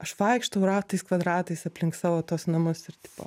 aš vaikštau ratais kvadratais aplink savo tuos namus ir tipo